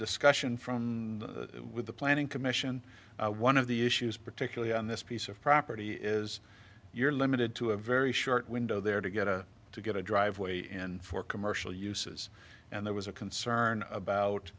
discussion from with the planning commission one of the issues particularly on this piece of property is you're limited to a very short window there to get a to get a driveway and for commercial uses and there was a concern about